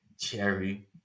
Cherry